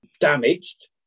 damaged